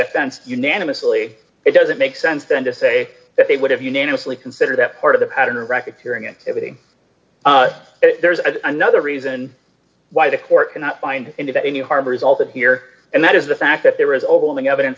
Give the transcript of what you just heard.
offense unanimously it doesn't make sense then to say that they would have unanimously considered that part of the pattern recognizer and everything there's another reason why the court cannot find any harm resulted here and that is the fact that there is overwhelming evidence